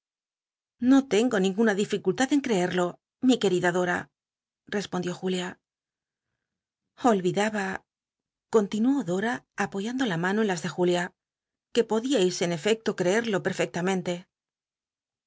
no tengo ninguna dincullad en creerlo mi querida dota respond ió jul ia olvidaba con tinuó dora apoyando la mano en las de julia que podiai en efecto creerlo pcrfe